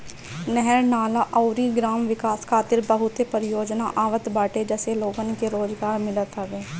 नहर, नाला अउरी ग्राम विकास खातिर बहुते परियोजना आवत बाटे जसे लोगन के रोजगार मिलत हवे